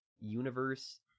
universe